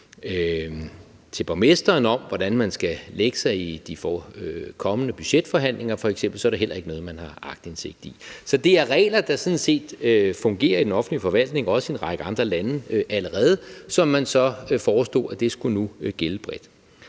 til borgmesteren om, hvor man f.eks. skal lægge sig i de kommende budgetforhandlinger, så er det heller ikke noget, man har aktindsigt i. Så det er regler, der sådan set allerede fungerer i den offentlige forvaltning, også i en række andre lande. Man foreslog så, at det nu skulle gælde bredt.